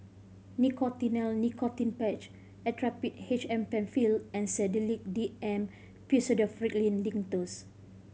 Nicotinell Nicotine Patch Actrapid H M Penfill and Sedilix D M Pseudoephrine Linctus